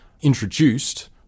introduced